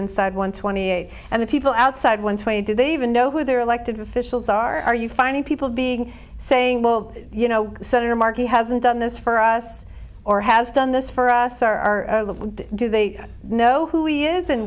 inside one twenty eight and the people outside one twenty do they even know who their elected officials are are you finding people being saying well you know senator markey hasn't done this for us or has done this for us are do they know who he is and